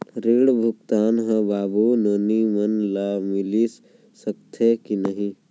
ऋण भुगतान ह बाबू नोनी मन ला मिलिस सकथे की नहीं?